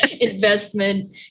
investment